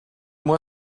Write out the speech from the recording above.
moi